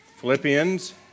Philippians